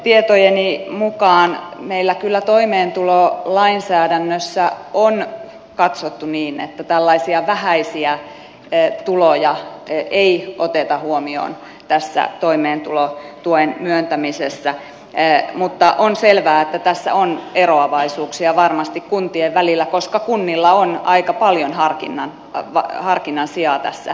tietojeni mukaan meillä kyllä toimeentulolainsäädännössä on katsottu niin että tällaisia vähäisiä tuloja ei oteta huomioon tässä toimeentulotuen myöntämisessä mutta on selvää että tässä on eroavaisuuksia varmasti kuntien välillä koska kunnilla on aika paljon harkinnan sijaa tässä kysymyksessä